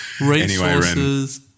Resources